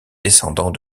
descendant